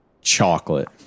Chocolate